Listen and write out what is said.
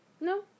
No